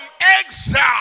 exile